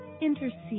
intercede